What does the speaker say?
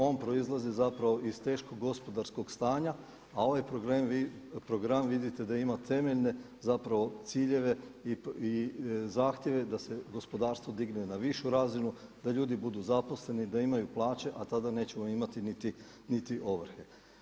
On proizlazi zapravo iz teškog gospodarskog stanja a ovaj program vidite da ima temeljne zapravo ciljeve i zahtjeve da se gospodarstvo digne na višu razinu, da ljudi budu zaposleni, da imaju plaće, a tada nećemo imati niti ovrhe.